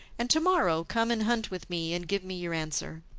and to-morrow come and hunt with me, and give me your answer.